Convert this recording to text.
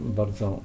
bardzo